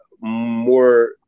more